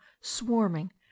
swarming